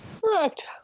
Correct